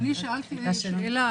אני שאלתי שאלה.